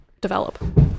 develop